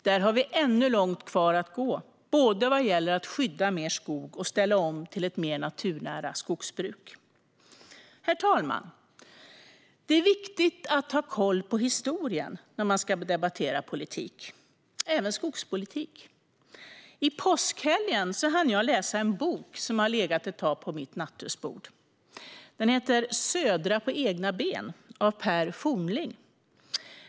Där har vi ännu långt kvar att gå vad gäller att både skydda mer skog och ställa om till ett mer naturnära skogsbruk. Herr talman! Det är viktigt att ha koll på historien när man ska debattera politik. Det gäller även skogspolitik. I påskhelgen hann jag läsa en bok som legat ett tag på mitt nattduksbord: Södra på egna ben: vägen tillbaka efter krisen av Pär Fornling.